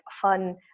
fun